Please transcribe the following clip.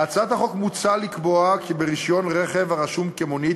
בהצעת החוק מוצע לקבוע כי ברישיון רכב הרשום כמונית